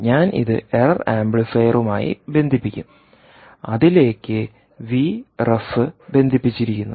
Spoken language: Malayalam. ഞാൻ ഇത് എറർ ആംപ്ലിഫയറുമായി ബന്ധിപ്പിക്കും അതിലേക്ക് വി റെഫ്ബന്ധിപ്പിച്ചിരിക്കുന്നു